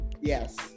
Yes